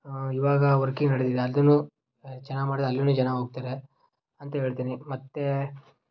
ಇವಾಗ ವರ್ಕಿಂಗ್ ನಡೀತಿದೆ ಅದು ಚೆನ್ನಾಗ್ ಮಾಡಿದಾರೆ ಅಲ್ಲಿಯೂ ಜನ ಹೋಗ್ತರೆ ಅಂತ ಹೇಳ್ತಿನಿ ಮತ್ತೆ